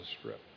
Strip